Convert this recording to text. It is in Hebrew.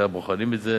בוחנים את זה,